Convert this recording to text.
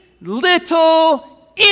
little